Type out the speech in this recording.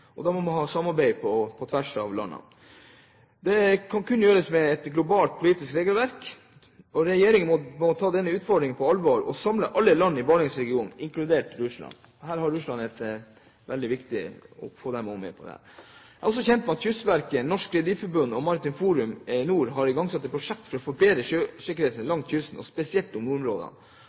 Da må man ha samarbeid på tvers av landene. Det kan kun gjøres med et globalt politisk regelverk. Regjeringen må ta den utfordringen på alvor og samle alle land i Barentsregionen, inkludert Russland. Det er veldig viktig også å få Russland med på dette. Jeg er også kjent med at Kystverket, Norges Rederiforbund og Maritimt Forum i nord har igangsatt et prosjekt for å forbedre sjøsikkerheten langs norskekysten, og spesielt i nordområdene.